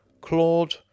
Claude